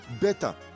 better